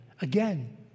Again